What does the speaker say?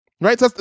Right